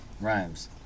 Rhymes